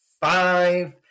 five